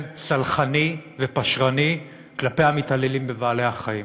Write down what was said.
סלחני ופשרני למתעללים בבעלי-חיים.